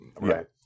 right